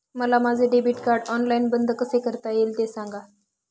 मला माझे debit card online बंद कसे करता येईल, ते सांगा